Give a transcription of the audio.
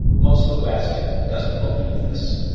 most of the west doesn't believe this.